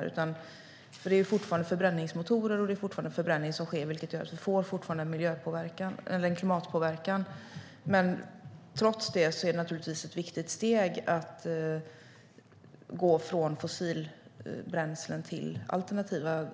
Det handlar fortfarande om förbränningsmotorer, och det är fortfarande förbränning som sker, vilket gör att vi får en klimatpåverkan. Trots det är det naturligtvis ett viktigt steg att gå från fossilbränslen till alternativa